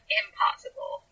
impossible